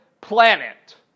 planet